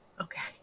Okay